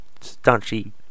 staunchy